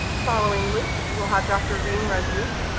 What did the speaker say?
following luc, we'll have dr. rim razzouk.